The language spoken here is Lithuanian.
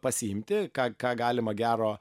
pasiimti ką ką galima gero